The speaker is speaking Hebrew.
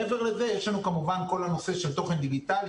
מעבר לזה יש לנו כמובן כל הנושא של תוכן דיגיטלי.